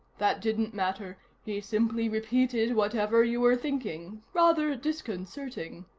that didn't matter he simply repeated whatever you were thinking. rather disconcerting.